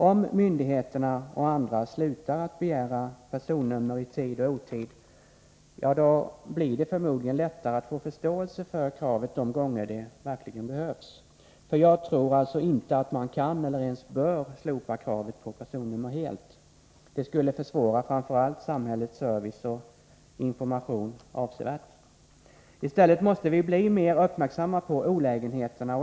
Om myndigheterna och andra slutar med att begära personnummer i tid och otid, blir det förmodligen lättare att få förståelse för kravet de gånger personnumren verkligen behövs. Jag tror alltså inte att man kan eller ens bör helt släppa kravet på personnummer. Det skulle avsevärt försvåra framför allt samhällets service och information. Vi måste i stället bli mera uppmärksamma på olägenheterna.